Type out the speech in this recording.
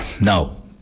no